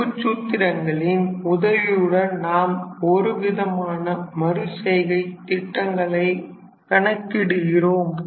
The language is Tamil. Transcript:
குறைப்புச் சூத்திரங்களின் உதவியுடன் நாம் ஒருவிதமான மறுசெய்கை திட்டங்களை கணக்கிடுகிறோம்